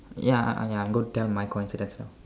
ya ya I'm going to tell my coincidence now